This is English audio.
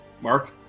Mark